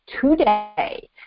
today